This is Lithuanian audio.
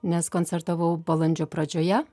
nes koncertavau balandžio pradžioje